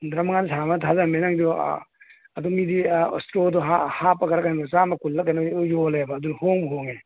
ꯍꯨꯝꯗ꯭ꯔꯥ ꯃꯉꯥ ꯁꯥꯔꯝꯃꯒ ꯊꯥꯗꯔꯝꯃꯦ ꯅꯪꯁꯨ ꯑꯗꯨ ꯃꯤꯗꯤ ꯑꯥ ꯏꯁꯇ꯭ꯔꯣꯗꯣ ꯍꯥꯞꯄꯒꯔꯥ ꯀꯩꯅꯣ ꯆꯥꯝꯃ ꯀꯨꯜꯂꯥ ꯀꯩꯅꯣ ꯌꯣꯜꯂꯦꯕ ꯑꯗꯨ ꯍꯣꯡꯕꯨ ꯍꯣꯡꯉꯦ